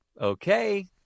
Okay